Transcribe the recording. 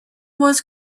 was